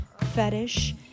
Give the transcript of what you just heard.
fetish